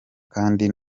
kandi